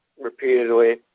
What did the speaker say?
repeatedly